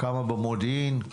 כמה במודיעין,